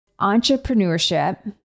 Entrepreneurship